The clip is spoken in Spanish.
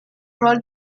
rol